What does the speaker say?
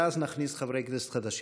ואז נכניס חברי כנסת חדשים.